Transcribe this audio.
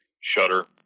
shutter